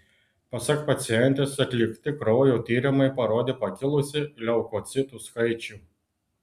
pasak pacientės atlikti kraujo tyrimai parodė pakilusį leukocitų skaičių